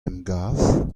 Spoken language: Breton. emgav